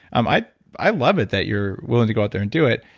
um i i love it that you're willing to go out there and do it.